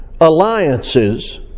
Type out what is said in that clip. alliances